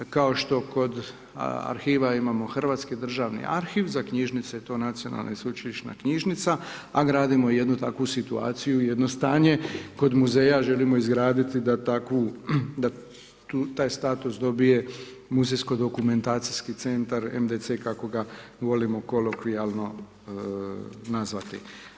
Kao što kod arhiva imamo Hrvatski državni arhiv, za knjižnice je to Nacionalna i sveučilišna knjižnica a gradimo i jednu takvu situaciju i jedno stanje kod muzeja, želimo izgraditi da takvu, da taj status dobije muzejsko dokumentacijski centar, kako ga volimo kolokvijalno nazvati.